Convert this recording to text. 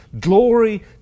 glory